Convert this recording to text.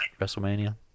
WrestleMania